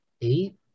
eight